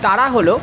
তারা হলো